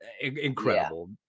Incredible